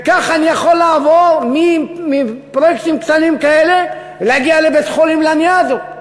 וכך אני יכול לעבור מפרויקטים קטנים כאלה ולהגיע לבית-חולים לניאדו,